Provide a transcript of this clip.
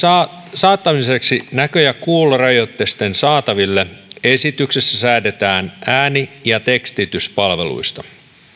saattamiseksi näkö ja kuulorajoitteisten saataville esityksessä säädetään ääni ja tekstityspalveluista